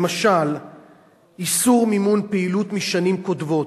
למשל איסור מימון פעילות משנים קודמות.